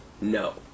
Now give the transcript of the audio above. no